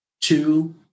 two